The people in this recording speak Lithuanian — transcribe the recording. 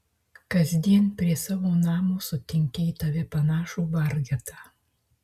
kasdien prie savo namo sutinki į tave panašų vargetą